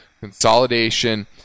consolidation